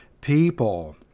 people